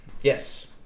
Yes